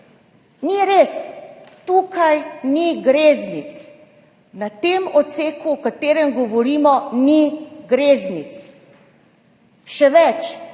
Ni res, tukaj ni greznic, na tem odseku, o katerem govorimo, ni greznic. Še več,